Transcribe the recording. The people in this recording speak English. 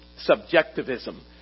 subjectivism